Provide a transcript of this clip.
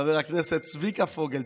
חבר הכנסת צביקה פוגל,